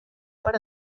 para